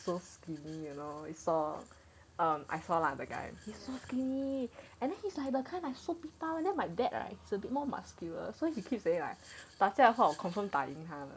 so skinny you know we saw um I saw lah the guy he's so skinny and then he's like the kind like so beta [one] then my dad right it's a bit more muscular so he keep saying like 打架的话我 confirm 打赢他的